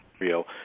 real